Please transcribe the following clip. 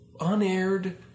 Unaired